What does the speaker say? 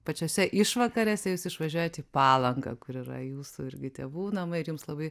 pačiose išvakarėse jūs išvažiuojat į palangą kur yra jūsų irgi tėvų namai ir jums labai